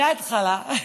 מהתחלה.